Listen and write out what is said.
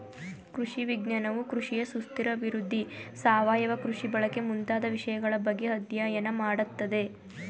ಕೃಷಿ ವಿಜ್ಞಾನವು ಕೃಷಿಯ ಸುಸ್ಥಿರ ಅಭಿವೃದ್ಧಿ, ಸಾವಯವ ಕೃಷಿ ಬಳಕೆ ಮುಂತಾದ ವಿಷಯಗಳ ಬಗ್ಗೆ ಅಧ್ಯಯನ ಮಾಡತ್ತದೆ